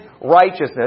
righteousness